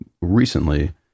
recently